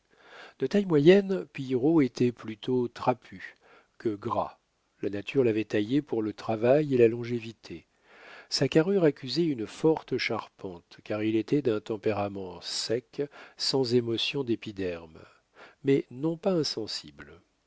de taille moyenne pillerault était plutôt trapu que gras la nature l'avait taillé pour le travail et la longévité sa carrure accusait une forte charpente car il était d'un tempérament sec sans émotion d'épiderme mais non pas insensible